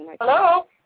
Hello